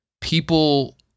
people